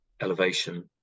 elevation